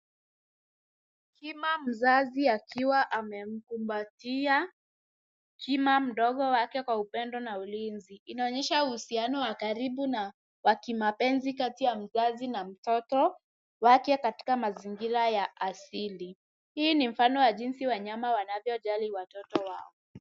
Jima mzazi akiwa amemkumbatia jima mdogo wake kwa upendo na ulinzi. Inaonyesha uhusiano wa karibu na wa kimapenzi kati ya mzazi na mtoto wake katika mazingira ya asili. Hii ni mfano ya jinsi wanyama wanavyojali watoto wao.